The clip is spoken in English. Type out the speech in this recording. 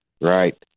right